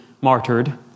martyred